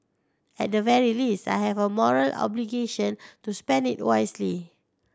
at the very least I have a moral obligation to spend it wisely